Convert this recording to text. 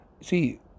See